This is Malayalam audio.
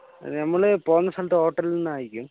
നമ്മൾ പോണസമയത്ത് ഹോട്ടൽ നിന്നായിരിക്കും